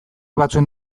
batzuen